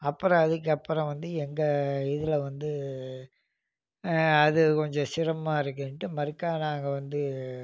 அப்புறம் அதுக்கு அப்புறம் வந்து எங்கள் இதில் வந்து அது கொஞ்சம் சிரமமாக இருக்குன்ட்டு மறுக்கா நாங்கள் வந்து